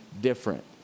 different